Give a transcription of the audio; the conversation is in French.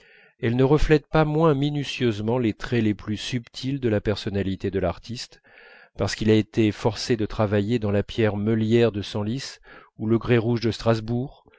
elle ne reflète pas moins minutieusement les traits les plus subtils de la personnalité de l'artiste parce qu'il a été forcé de travailler dans la pierre meulière de senlis ou le grès rouge de strasbourg